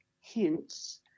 hints